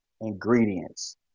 ingredients